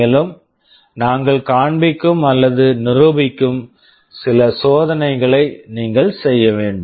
மேலும் நாங்கள் காண்பிக்கும் அல்லது நிரூபிக்கும் சில சோதனைகளை நீங்கள் செய்ய வேண்டும்